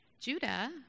Judah